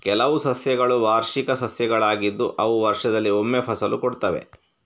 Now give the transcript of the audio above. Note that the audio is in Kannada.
ಕೆಲವು ಸಸ್ಯಗಳು ವಾರ್ಷಿಕ ಸಸ್ಯಗಳಾಗಿದ್ದು ಅವು ವರ್ಷದಲ್ಲಿ ಒಮ್ಮೆ ಫಸಲು ಕೊಡ್ತವೆ